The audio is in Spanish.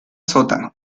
sótano